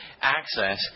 access